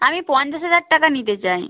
আমি পঞ্চাশ হাজার টাকা নিতে চাই